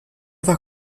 war